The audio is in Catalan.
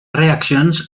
reaccions